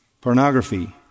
pornography